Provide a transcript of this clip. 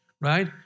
right